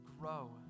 grow